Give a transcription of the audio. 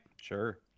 Sure